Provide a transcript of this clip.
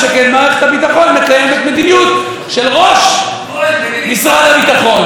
שכן מערכת הביטחון מקיימת מדיניות של ראש משרד הביטחון,